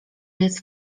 jest